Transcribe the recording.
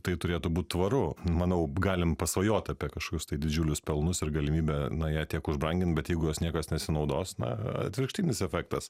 tai turėtų būt tvaru manau galim pasvajot apie kažkokius tai didžiulius pelnus ir galimybę na ją tiek užbrangint bet jeigu jos niekas nesinaudos na atvirkštinis efektas